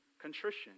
contrition